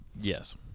Yes